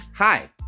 Hi